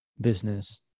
business